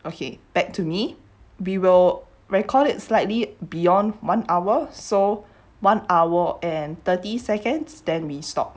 okay back to me we will record it slightly beyond one hour so one hour and thirty seconds then we stop